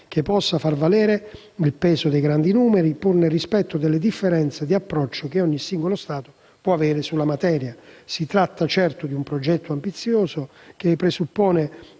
che possa far valere il peso dei grandi numeri, pur nel rispetto delle differenze di approccio che ogni singolo Stato può avere sulla materia. Si tratta certo di un progetto ambizioso, che presuppone